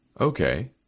Okay